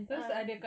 ah